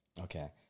Okay